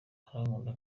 arankunda